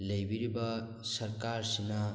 ꯂꯩꯕꯤꯔꯤꯕ ꯁꯔꯀꯥꯔ ꯁꯤꯅ